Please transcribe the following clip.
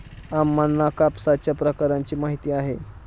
अम्मांना कापसाच्या प्रकारांची माहिती आहे